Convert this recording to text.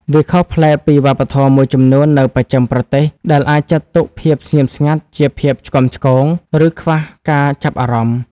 វាខុសប្លែកពីវប្បធម៌មួយចំនួននៅបស្ចិមប្រទេស ដែលអាចចាត់ទុកភាពស្ងៀមស្ងាត់ជាភាពឆ្គាំឆ្គង ឬខ្វះការចាប់អារម្មណ៍។